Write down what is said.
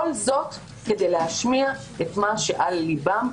כל זאת כדי להשמיע את מה שעל ליבם,